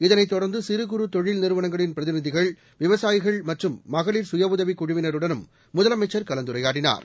இதனைத் தொடர்ந்து சிறு குறு தொழில் நிறுவனங்களின் பிரதிநிதிகள் விவசாயிகள் மற்றும் மகளிர் சுய உதவி குழுவினருடனும் முதலமைச்சள் கலந்துரையாடினார்